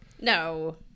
No